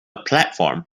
platform